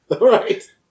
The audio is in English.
Right